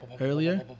earlier